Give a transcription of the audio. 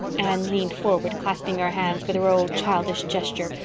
anne leaned forward, clasping her hands with her old childish gesture,